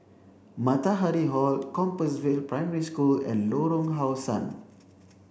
Matahari Hall Compassvale Primary School and Lorong How Sun